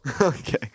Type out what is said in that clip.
Okay